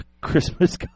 Christmas